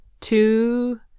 Two